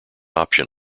option